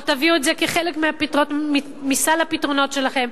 או תביאו את זה כחלק מסל הפתרונות שלכם,